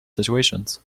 situations